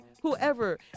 Whoever